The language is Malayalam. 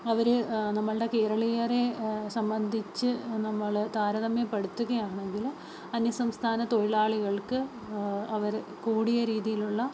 അവര് നമ്മുടെ കേരളീയരെ സംബന്ധിച്ച് നമ്മള് താരതമ്യപ്പെടുത്തുകയാണെങ്കില് അന്യസംസ്ഥാന തൊഴിലാളികൾക്ക് അവര് കൂടിയ രീതിയിലുള്ള